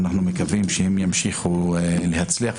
ואנחנו מקווים שהם ימשיכו להצליח.